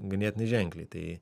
ganėtinai ženkliai tai